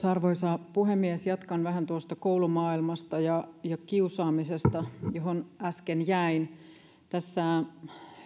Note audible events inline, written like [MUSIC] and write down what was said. [UNINTELLIGIBLE] arvoisa puhemies jatkan vähän tuosta koulumaailmasta ja ja kiusaamisesta johon äsken jäin tässä